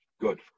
Good